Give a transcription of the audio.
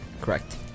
correct